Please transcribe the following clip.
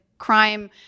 crime